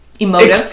Emotive